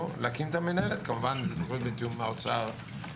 להקים את המינהלת כמובן בתיאום עם האוצר,